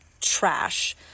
trash